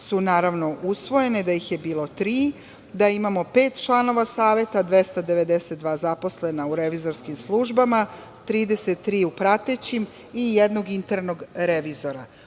organizaciji usvojene, da ih je bilo tri, da imamo pet članova Saveta, 292 zaposlena u revizorskim službama, 33 u pratećim i jednog internog revizora. Važno